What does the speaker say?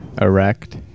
Erect